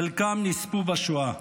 חלקם נספו בשואה.